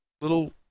little